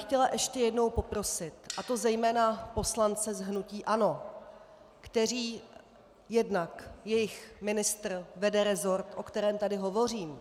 Chtěla bych ještě jednou poprosit, a to zejména poslance z hnutí ANO, kteří jednak, jejich ministr vede rezort, o kterém tady hovořím.